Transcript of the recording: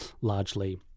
largely